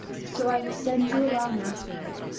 so i will send you along after him,